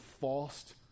false